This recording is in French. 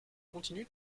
continue